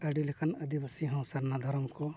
ᱟᱹᱰᱤ ᱞᱮᱠᱟᱱ ᱟᱹᱫᱤᱵᱟᱹᱥᱤ ᱦᱚᱸ ᱥᱟᱨᱱᱟ ᱫᱷᱚᱨᱚᱢ ᱠᱚ